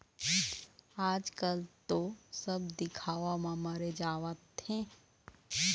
आजकल तो सब दिखावा म मरे जावत हें